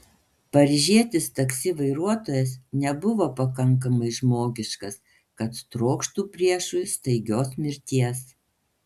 paryžietis taksi vairuotojas nebuvo pakankamai žmogiškas kad trokštų priešui staigios mirties